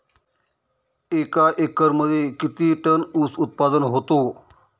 एका एकरमध्ये किती टन ऊस उत्पादन होतो?